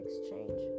exchange